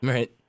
Right